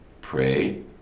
pray